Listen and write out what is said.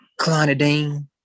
clonidine